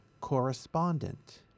Correspondent